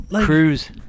Cruise